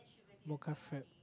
mocha frappe